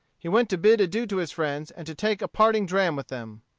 he went to bid adieu to his friends and to take a parting dram with them.